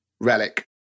relic